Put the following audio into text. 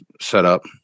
setup